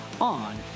on